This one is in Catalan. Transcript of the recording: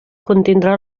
contindrà